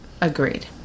Agreed